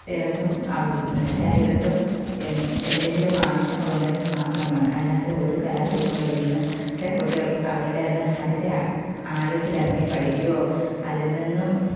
ഇടത്തും അവ് എല്ലായിടത്തും എൻ എന്തെങ്കിലും ആവശ്യങ്ങളുണ്ടങ്കിൽ മാത്രമാണ് അല്ലാതെ ഒരു കലാരൂപങ്ങളും ഇന്ന് ത്തെ കുട്ടികൾ അവരുടേതാ അതിൻ്റെ ആഴത്തിലിറങ്ങി പഠിക്കുകയോ അതിൽ നിന്നും